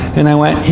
and i went,